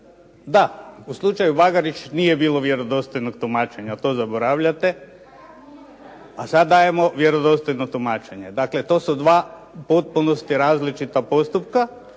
Da, u slučaju Bagarić nije bilo vjerodostojnog tumačenja, to zaboravljate, a sada dajemo vjerodostojno tumačenje. Dakle, to su dva u potpunosti različita postupaka